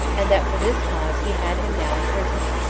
and that for this cause he had him now in prison,